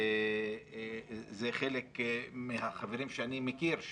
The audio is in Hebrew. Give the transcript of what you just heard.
זה חלק מהחברים שאני מכיר,